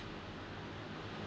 >S?